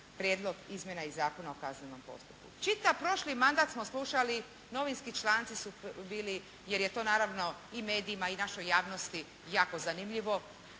prijedlog izmjena iz Zakona o kaznenom postupku. Čitav prošli mandat smo slušali, novinski članci su bili jer je to naravno i medijima i našoj javnosti jako zanimljivo